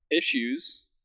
issues